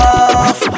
off